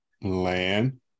land